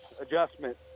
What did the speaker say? adjustment